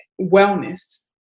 wellness